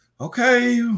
okay